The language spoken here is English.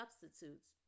substitutes